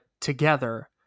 together